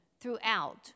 throughout